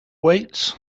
weights